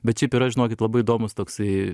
bet šiaip yra žinokit labai įdomus toksai